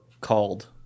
called